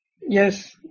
Yes